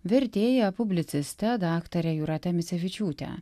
vertėja publiciste daktare jūrate micevičiūte